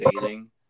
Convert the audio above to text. dating